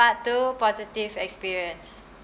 two positive experience